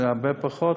זה הרבה פחות,